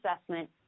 assessment